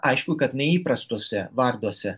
aišku kad neįprastuose varduose